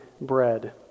bread